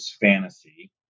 Fantasy